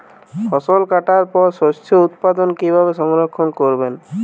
ফসল কাটার পর শস্য উৎপাদন কিভাবে সংরক্ষণ করবেন?